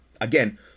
again